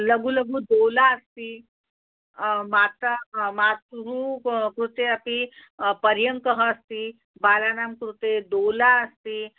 लघु लघु दोला अस्ति माता मातुः क् कृते अपि पर्यङ्कः अस्ति बालानां कृते दोला अस्ति